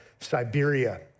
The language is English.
Siberia